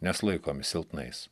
nes laikomi silpnais